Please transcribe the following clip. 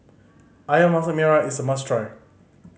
Ayam Masak Merah is a must try